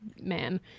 man